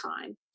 time